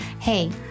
Hey